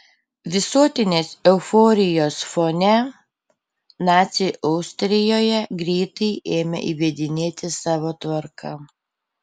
visuotinės euforijos fone naciai austrijoje greitai ėmė įvedinėti savo tvarką